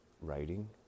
writing